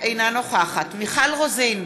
אינה נוכחת מיכל רוזין,